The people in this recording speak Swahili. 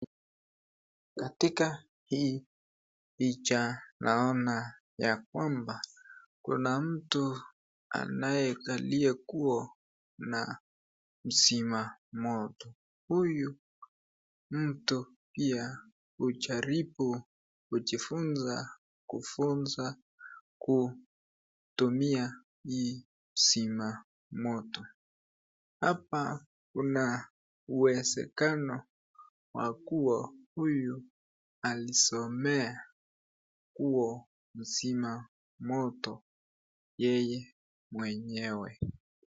Katika hii picha naona ya kwamba kuna mtu anaye kalie kuo na mzima moto. Huyu mtu pia hujaribu kujifunza kufunza kutumia hii mzima moto. Hapa kuna uwezekano wa kuwa huyu alisomea kuwa mzima moto yeye mwenyewe.